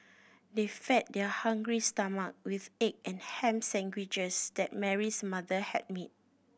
they fed their hungry stomach with egg and ham sandwiches that Mary's mother had made